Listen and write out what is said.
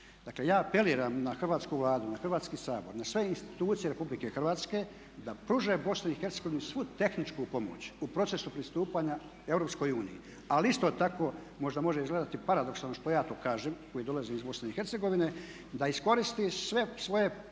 Dakle, ja apeliram na Hrvatsku vladu i na Hrvatski sabor, na sve institucije Republike Hrvatske da pruže BiH svu tehničku pomoć u procesu pristupanja EU. Ali isto tako, možda može izgledati paradoksalno što ja to kažem koji dolazim iz BiH, da iskoristim svu svoju